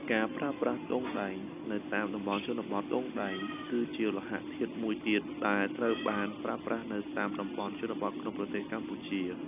ការប្រើប្រាស់ទង់ដែងនៅតាមតំបន់ជនបទ ទង់ដែង គឺជាលោហៈធាតុមួយទៀតដែលត្រូវបានប្រើប្រាស់នៅតាមតំបន់ជនបទក្នុងប្រទេសកម្ពុជា។